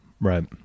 Right